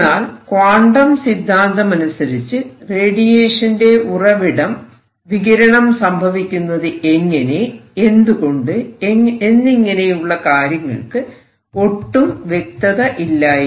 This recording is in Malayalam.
എന്നാൽ ക്വാണ്ടം സിദ്ധാന്തമനുസരിച്ച് റേഡിയേഷന്റെ ഉറവിടം വികിരണം സംഭവിക്കുന്നത് എങ്ങനെ എന്തുകൊണ്ട് എന്നിങ്ങനെയുള്ള കാര്യങ്ങൾക്ക് ഒട്ടും വ്യക്തത ഇല്ലായിരുന്നു